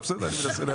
בסדר.